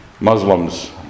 Muslim's